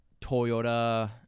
Toyota